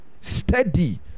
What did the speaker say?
Steady